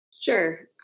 Sure